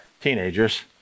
teenagers